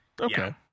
Okay